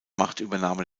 machtübernahme